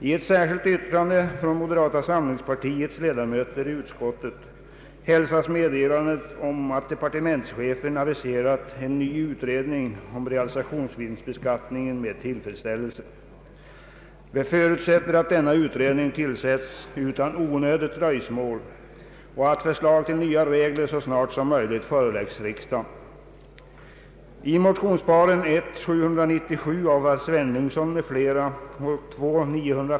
Moderata samlingspartiets ledamöter i utskottet hälsar i ett särskilt yttrande med tillfredsställelse meddelandet om att departementschefen aviserat en ny utredning om realisationsvinstbeskattningen. Vi förutsätter att denna utredning tillsätts utan onödigt dröjsmål och att förslag till nya regler så snart som möjligt föreläggs riksdagen.